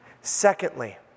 Secondly